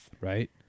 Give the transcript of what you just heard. Right